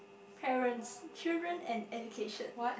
parents children and education